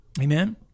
Amen